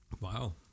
Wow